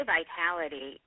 Vitality